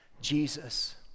Jesus